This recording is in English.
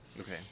okay